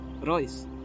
Royce